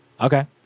Okay